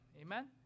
Amen